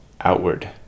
outward